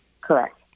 Correct